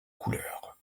couleurs